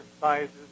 sizes